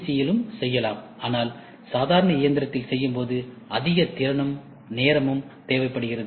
C யிலும் செய்யலாம் ஆனால் சாதாரண இயந்திரத்தில் செய்யும்போது அதிக திறனும் நேரமும் தேவைப்படுகிறது